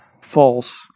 false